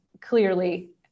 clearly